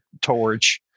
torch